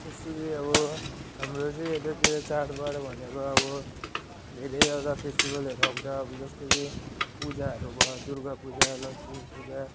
जस्तो कि अब हाम्रो चाहिँ यतातिर चाडबाड भनेको अब धेरैवटा फेस्टिभलहरू आउँछ अब जस्तो कि पूजाहरू भयो दुर्गा पूजा लक्ष्मी पूजा